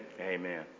amen